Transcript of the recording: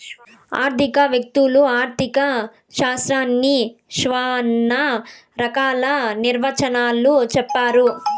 ఆర్థిక వేత్తలు ఆర్ధిక శాస్త్రాన్ని శ్యానా రకాల నిర్వచనాలు చెప్పారు